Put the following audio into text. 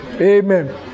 Amen